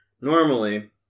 normally